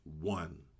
One